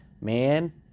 man